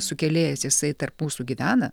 sukėlėjas jisai tarp mūsų gyvena